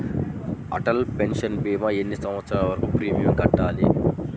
Atal pension భీమా ఎన్ని సంవత్సరాలు వరకు ప్రీమియం కట్టాలి?